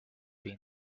been